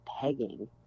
pegging